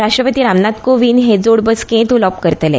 राष्ट्रपती रामनाथ कोविंद हे जोड बसकेंत उलोवप करतले